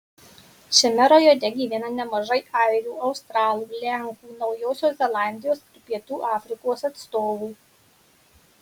šiame rajone gyvena nemažai airių australų lenkų naujosios zelandijos ar pietų afrikos atstovų